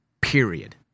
Period